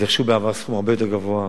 הם דרשו בעבר סכום הרבה יותר גבוה.